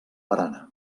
barana